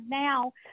now